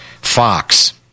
Fox